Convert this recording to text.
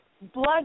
blood